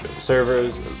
servers